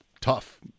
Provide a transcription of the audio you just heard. tough